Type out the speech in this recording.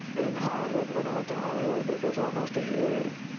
in hollywood, when i went to hollywood, it was almost a year.